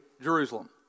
Jerusalem